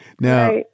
Now